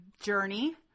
journey